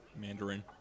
Mandarin